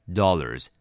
dollars